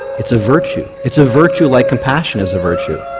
it's a virtue it's a virtue like compassion is a virtue.